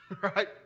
right